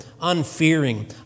unfearing